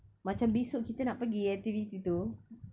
macam esok kita nak pergi activity tu